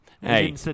Hey